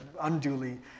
unduly